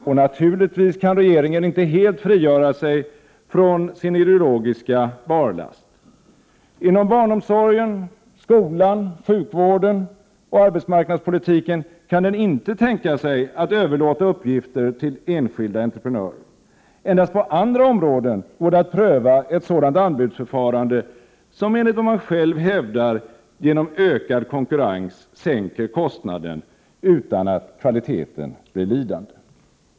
Och naturligtvis kan regeringen inte helt frigöra sig från sin ideologiska barlast. Inom barnomsorgen, skolan, sjukvården och arbetsmarknadspolitiken kan den inte tänka sig att överlåta uppgifter till enskilda entreprenörer. Endast på andra områden går det att pröva ett sådant anbudsförfarande som — enligt vad man själv hävdar - genom ökad konkurrens sänker kostnaderna utan att kvaliteten blir lidande.